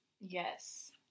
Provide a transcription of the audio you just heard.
Yes